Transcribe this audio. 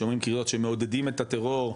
שומעים קריאות שמעודדים את הטרור,